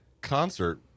concert